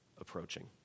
approaching